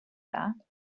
that